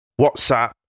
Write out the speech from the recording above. WhatsApp